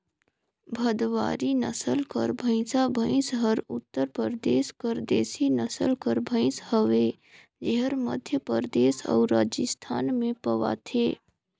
भदवारी नसल कर भंइसा भंइस हर उत्तर परदेस कर देसी नसल कर भंइस हवे जेहर मध्यपरदेस अउ राजिस्थान में पवाथे